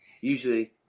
usually